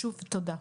שוב תודה.